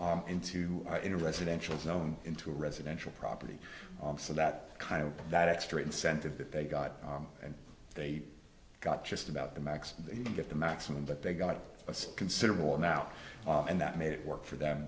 property into in a residential zone into residential property so that kind of that extra incentive that they got and they got just about the max you can get the maximum but they got a considerable amount and that made it work for them